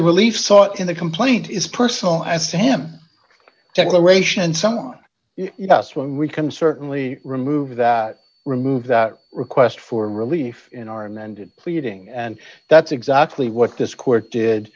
the relief sought in the complaint is personal as to him declaration someone yes when we can certainly remove that remove that request for relief in our amended pleading and that's exactly what this court did